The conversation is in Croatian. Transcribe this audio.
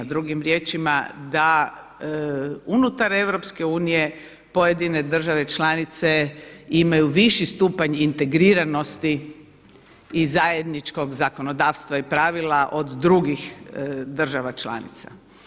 Drugim riječima da unutar EU pojedine države članice imaju viši stupanj integriranosti i zajedničkog zakonodavstva i pravila od drugih država članica.